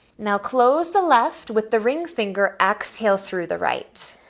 now close the left with the ring finger, exhale through the right.